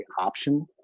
option